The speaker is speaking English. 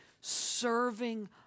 serving